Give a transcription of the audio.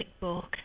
book